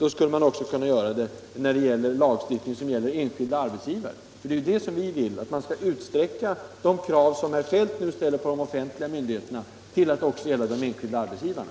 Då skulle man också kunna göra det när det gäller enskilda arbetsgivare. Vi vill att man skall utsträcka de krav som herr Feldt nu ställer på de offentliga myndigheterna till att också gälla de enskilda arbetsgivarna.